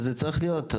זה צריך להיות,